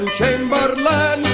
Chamberlain